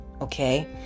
okay